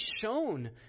shown